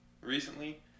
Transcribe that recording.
recently